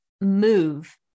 move